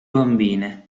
bambine